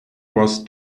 was